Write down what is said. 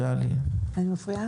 ללמ"ס?